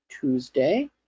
Tuesday